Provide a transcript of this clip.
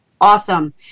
Awesome